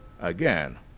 Again